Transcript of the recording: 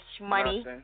money